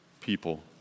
people